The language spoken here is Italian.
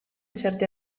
certi